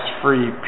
free